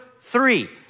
three